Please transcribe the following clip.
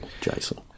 Jason